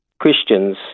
Christians